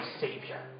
Savior